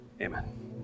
Amen